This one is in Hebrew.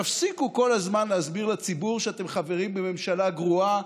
תפסיקו כל הזמן להסביר לציבור שאתם חברים בממשלה גרועה.